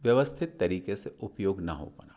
व्यवस्थित तरीके से उपयोग न हो पाना